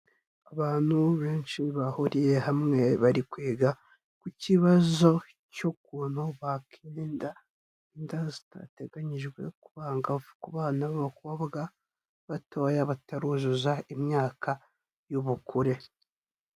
Abantu benshi bahuriye hamwe, bari kwiga ku kibazo cy'ukuntu bakirinda inda zitateganyijwe ku bangavu, ku bana b'abakobwa batoya bataruzuza imyaka y'ubukure.